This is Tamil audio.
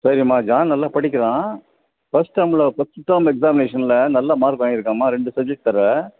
சரிம்மா ஜான் நல்லா படிக்கிறான் ஃபர்ஸ்ட் டெர்மில் ஃபர்ஸ்ட்டு டெர்ம் எக்ஸாமினேஷனில் நல்ல மார்க் வாங்கிருக்காம்மா ரெண்டு சப்ஜெக்ட் தவிர